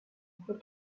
poil